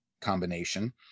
combination